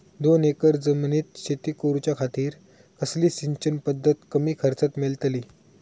दोन एकर जमिनीत शेती करूच्या खातीर कसली सिंचन पध्दत कमी खर्चात मेलतली?